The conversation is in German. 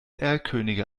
erlkönige